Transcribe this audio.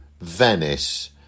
venice